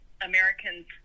Americans